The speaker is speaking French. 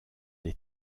des